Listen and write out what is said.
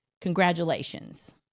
congratulations